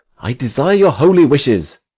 i desire your holy wishes.